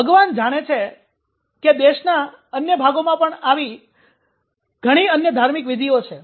ભગવાન જાણે કે દેશના અન્ય ભાગોમાં પણ આવી ઘણી અન્ય ધાર્મિક વિધિઓ છે